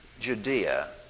Judea